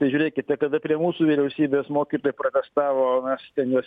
žiūrėkite kada prie mūsų vyriausybės mokytojai protestavo aš ten juos